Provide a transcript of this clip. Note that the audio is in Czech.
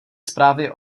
zprávy